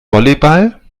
volleyball